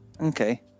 Okay